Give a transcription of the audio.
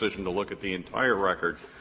and to look at the entire record,